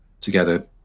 together